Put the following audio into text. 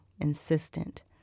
insistent